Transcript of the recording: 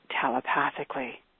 telepathically